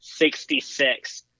66